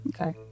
Okay